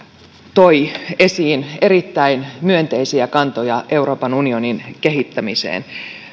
toi esiin erittäin myönteisiä kantoja euroopan unionin kehittämiseen